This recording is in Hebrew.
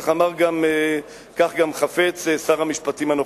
כך גם חפץ שר המשפטים הנוכחי.